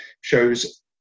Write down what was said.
shows